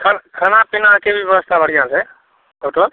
खान खाना पीनाके भी व्यवस्था बढ़िआँ छै ओतय